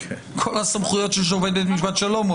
כל הסמכויות של שופט בית משפט שלום נתונות לו והוא